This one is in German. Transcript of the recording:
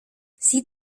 sie